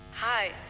Hi